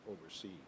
oversee